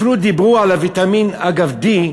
אפילו דיברו על ויטמין D,